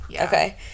Okay